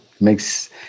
makes